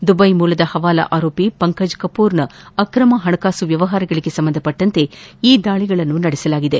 Dubai ಮೂಲದ ಹವಾಲಾ ಆರೋಪಿ ಪಂಕಜ್ ಕಪೂರ್ನ ಅಕ್ರಮ ಹಣಕಾಸು ವ್ಲವಹಾರಗಳಿಗೆ ಸಂಬಂಧಿಸಿದಂತೆ ಈ ದಾಳಿಗಳನ್ನು ನಡೆಸಲಾಗಿದೆ